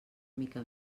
mica